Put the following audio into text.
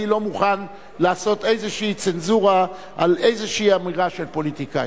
אני לא מוכן לעשות איזו צנזורה על איזו אמירה של פוליטיקאי.